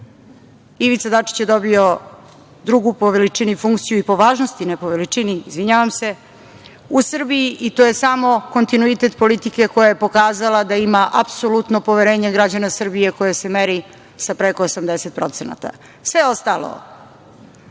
Ivica Dačić je dobio drugu po veličini funkciju i po važnosti, ne po veličini, izvinjavam se, u Srbiji i to je samo kontinuitet politike koja je pokazala da ima apsolutno poverenje građana Srbije koja se meri sa preko 80%.Sve ostalo